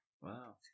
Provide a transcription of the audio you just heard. Wow